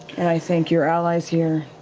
and i think your allies here